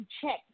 check